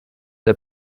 der